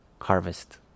harvest